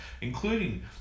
including